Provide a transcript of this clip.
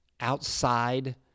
outside